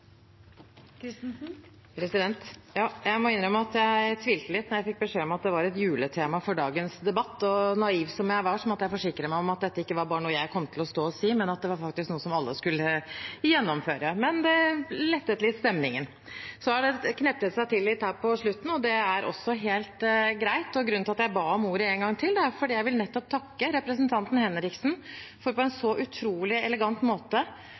Kristensen har hatt ordet to ganger tidligere og får ordet til en kort merknad, begrenset til 1 minutt. Jeg må innrømme at jeg tvilte litt da jeg fikk beskjed om at det var et juletema for dagens debatt, og naiv som jeg var, måtte jeg forsikre meg om at dette ikke bare var noe jeg kom til å stå og si, men at det faktisk var noe alle skulle gjennomføre. Men det lettet litt på stemningen. Så har det kneppet seg til litt her på slutten, og det er også helt greit. Grunnen til at jeg ba om ordet en gang til, er at jeg vil takke representanten Henriksen for på